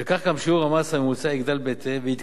וכך גם שיעור המס הממוצע יגדל בהתאם,